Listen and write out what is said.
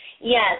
Yes